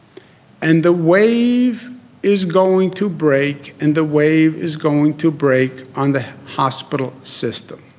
and the wave is going to break and the wave is going to break on the hospital system.